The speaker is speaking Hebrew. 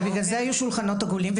אבל בגלל זה היו שולחנות עגולים.